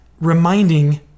reminding